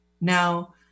Now